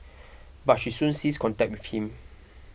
but she soon ceased contact with him